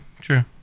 true